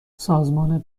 سازمان